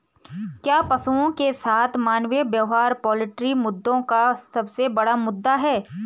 क्या पशुओं के साथ मानवीय व्यवहार पोल्ट्री मुद्दों का सबसे बड़ा मुद्दा है?